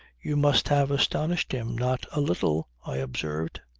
you must have astonished him not a little, i observed.